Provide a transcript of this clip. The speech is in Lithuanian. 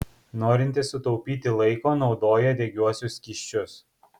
norintys sutaupyti laiko naudoja degiuosius skysčius